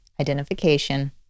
Identification